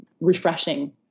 refreshing